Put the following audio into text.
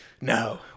No